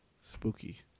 spooky